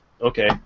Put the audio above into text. okay